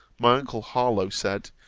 my uncle harlowe said,